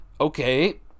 okay